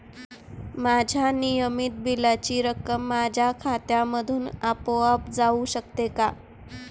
माझ्या नियमित बिलाची रक्कम माझ्या खात्यामधून आपोआप जाऊ शकते का?